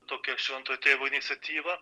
tokią šventojo tėvo iniciatyvą